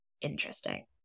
interesting